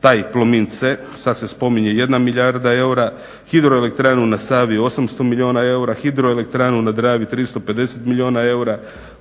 taj Plomin C, sad se spominje 1 milijarda eura, hidroelektranu na Savi 800 milijuna eura, hidroelektranu na Dravi 350 milijuna eura,